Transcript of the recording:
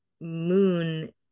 moon